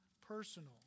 personal